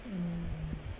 mm